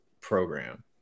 program